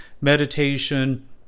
meditation